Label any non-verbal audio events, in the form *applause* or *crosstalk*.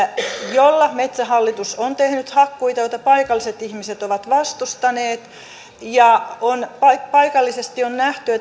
jolla metsähallitus on tehnyt hakkuita joita paikalliset ihmiset ovat vastustaneet paikallisesti on nähty *unintelligible*